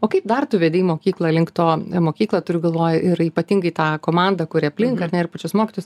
o kaip dar tu vedei mokyklą link to mokyklą turiu galvoj ir ypatingai tą komandą kuri aplink ar ne ir pačius mokytojus